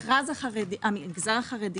המגזר החרדי